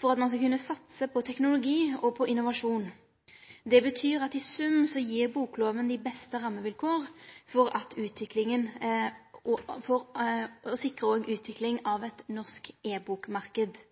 for at ein skulle kunne satse på teknologi og på innovasjon. Det betyr i sum at bokloven gir dei beste rammevilkåra for å sikre utvikling av ein norsk e-bokmarknad. Det ligg òg eit